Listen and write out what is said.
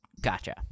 Gotcha